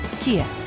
Kia